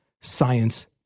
Science